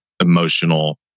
emotional